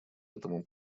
этому